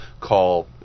call